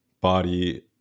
body